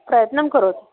प्रयत्नं करोति